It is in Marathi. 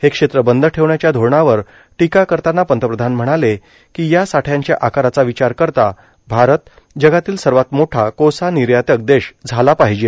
हे क्षेत्र बंद ठेवण्याच्या धोरणांवर टीका करताना पंतप्रधान म्हणाले की या साठयाच्या आकाराचा विचार करता भारत जगातील सर्वात मोठा कोळसा निर्यातक देश झाला पाहिजे